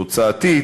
תוצאתית,